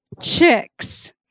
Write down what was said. chicks